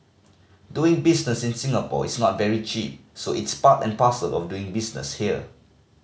doing business in Singapore is not very cheap so it's part and parcel of doing business here